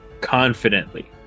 confidently